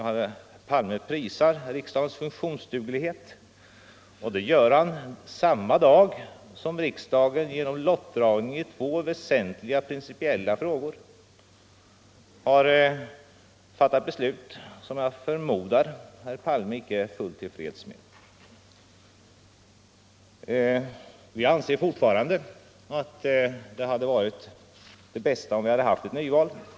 Han prisade riksdagens funktionsduglighet 4 december 1974 — och det samma dag som riksdagen genom lottdragning i två väsentliga principiella frågor har fattat beslut, som jag förmodar att herr Palme Sänkning av den inte är fullt till freds med. allmänna pensions Vi anser fortfarande att det hade varit det bästa om vi hade haft ett — åldern, m.m. nyval.